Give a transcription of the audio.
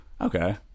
Okay